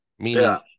Meaning